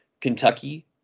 Kentucky